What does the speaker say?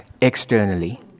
externally